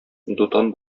дутан